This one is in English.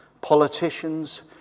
politicians